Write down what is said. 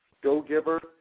Go-Giver